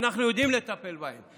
ואנחנו יודעים לטפל בהן.